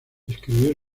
escribió